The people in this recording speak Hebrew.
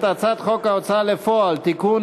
הצעת חוק ההוצאה לפועל (תיקון,